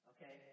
Okay